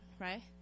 right